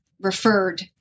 referred